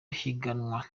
higanwa